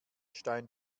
stein